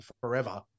forever